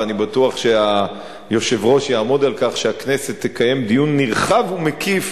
ואני בטוח שהיושב-ראש יעמוד על כך שהכנסת תקיים דיון נרחב ומקיף